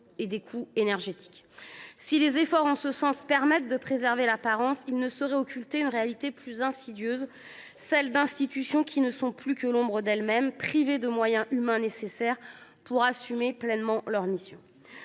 et aux coûts énergétiques. Si les efforts consentis permettent de sauver les apparences, ils ne sauraient occulter une réalité plus insidieuse : celle d’institutions n’étant plus que l’ombre d’elles mêmes, car elles sont privées des moyens humains nécessaires pour assumer pleinement leurs missions.